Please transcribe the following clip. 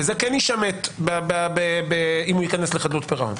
וזה כן יישמט אם ניכנס לחדלות פירעון.